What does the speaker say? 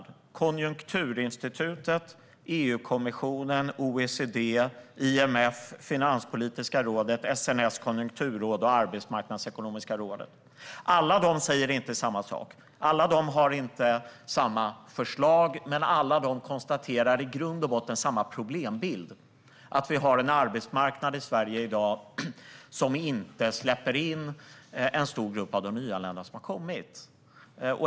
Det handlar om Konjunkturinstitutet, EU-kommissionen, OECD, IMF, Finanspolitiska rådet, SNS Konjunkturråd och Arbetsmarknadsekonomiska rådet. Alla dessa säger inte samma sak, och alla dessa har inte samma förslag, men den problembild som de alla konstaterar finns är i grund och botten densamma. Vi har i dag i Sverige en arbetsmarknad som inte släpper in en stor grupp av de nyanlända.